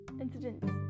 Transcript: incidents